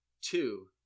two